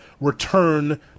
return